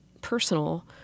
personal